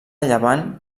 llevant